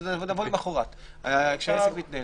אז נבוא למוחרת כשהעסק מתנהל.